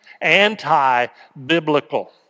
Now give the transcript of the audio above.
anti-biblical